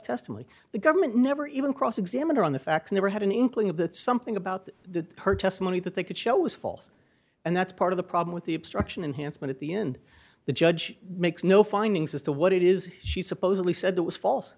testimony the government never even cross examine her on the facts never had an inkling of that something about that her testimony that they could show was false and that's part of the problem with the obstruction enhanced but at the end the judge makes no findings as to what it is she supposedly said that was false